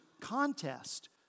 contest